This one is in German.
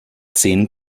zehn